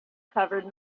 covered